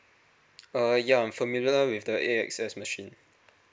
uh ya I'm familiar with the a x s machine